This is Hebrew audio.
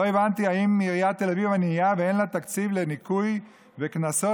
לא הבנתי: האם עיריית תל אביב ענייה ואין לה תקציב לניקוי וקנסות?